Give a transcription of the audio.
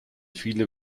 viele